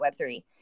Web3